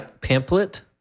pamphlet